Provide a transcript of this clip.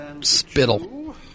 Spittle